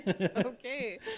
Okay